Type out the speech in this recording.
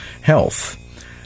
health